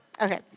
Okay